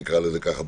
נקרא לזה ככה,